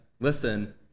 listen